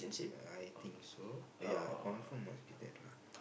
I think so ya I confirm must be that lah